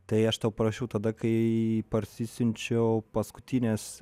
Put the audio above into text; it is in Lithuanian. tai aš tau parašiau tada kai parsisiunčiau paskutinius